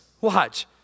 Watch